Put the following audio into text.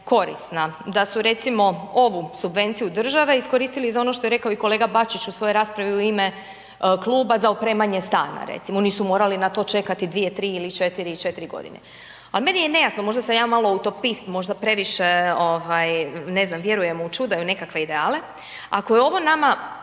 korisna, da su recimo ovu subvenciju države iskoristili za ono što je rekao i kolega Bačić u svojoj raspravi u ime kluba za opremanje stana, recimo. Oni su morali na to čekati 2, 3 ili 4 godine. Ali meni je nejasno, možda sam ja malo utopist, možda previše ne znam, vjerujem u čuda i u nekakve ideale. Ako je ovo nama